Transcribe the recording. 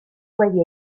wedi